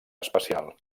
especial